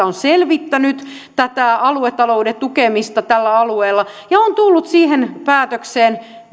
on selvittänyt aluetalouden tukemista tällä alueella ja on tullut siihen päätökseen